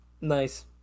Nice